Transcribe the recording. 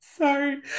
sorry